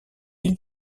île